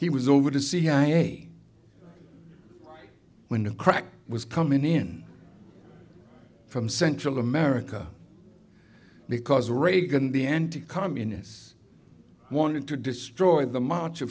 he was over the cia window cracked was coming in from central america because reagan the n t communists wanted to destroy the march